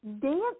dance